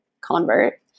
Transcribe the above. convert